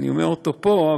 אני אומר אותו פה,